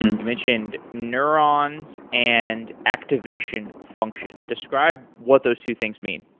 you mentioned neurons and activation function. describe what those two things mean.